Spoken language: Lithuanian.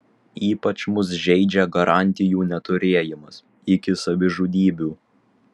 ypač mus žeidžia garantijų neturėjimas iki savižudybių